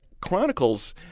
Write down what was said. chronicles